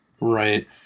right